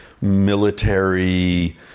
military